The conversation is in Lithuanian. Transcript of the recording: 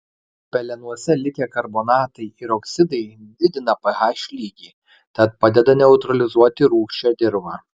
pelenuose likę karbonatai ir oksidai didina ph lygį tad padeda neutralizuoti rūgščią dirvą